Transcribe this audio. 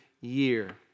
year